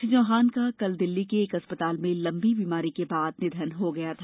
श्री चौहान का कल दिल्ली के एक अस्पताल में लम्बी बीमारी के बाद निधन हो गया था